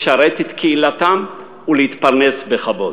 לשרת את קהילתם ולהתפרנס בכבוד.